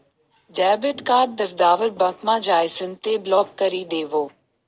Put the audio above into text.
debit card दवडावर बँकमा जाइसन ते ब्लॉक करी देवो